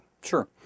Sure